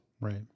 Right